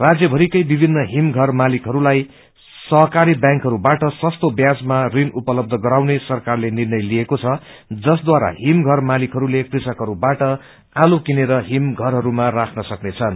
राज्य भरिकै विभिन्न हिम घर मालिकहरूलाई सहकारी व्यांकहरूबाट सस्ता व्याजमा ऋण उपलब्ध गराउने सरकारले निर्णय लिएको छ जसद्वारा हिमधर मालिकहस्ते क्रमकहसवाट आलू किनेर हिम घरहसमा राख्न सक्नेछन्